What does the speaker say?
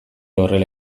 horrela